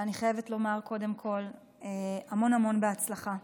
אני חייבת לומר קודם כול המון המון בהצלחה.